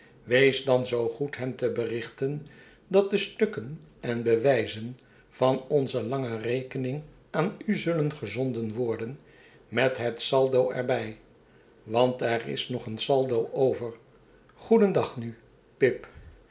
wees dan zoo goed hem te berichten dat de stukken en bewijzen van onze lange rekening aan u zullen gezonden worden met het saldo er bij want er is nog een saldo over goedendag nu pip